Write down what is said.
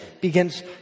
begins